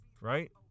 right